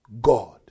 God